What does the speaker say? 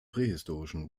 prähistorischen